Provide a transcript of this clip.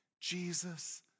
Jesus